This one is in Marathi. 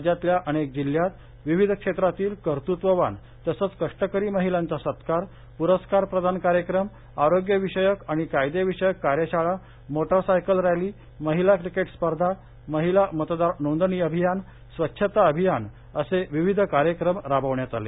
राज्यातल्या अनेक जिल्ह्यात विविध क्षेत्रातील कर्तृत्ववान तसंच कष्टकरी महिलांचा सत्कार पुरस्कार प्रदान कार्यक्रम आरोग्यविषयक आणि कायदे विषयक कार्यशाळा मोटार सायकल रॉली महिला क्रिकेट स्पर्धा महिला मतदार नोंदणी अभियान स्वच्छता अभियान असे विविध उपक्रम राबवण्यात आले